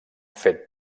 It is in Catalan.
fet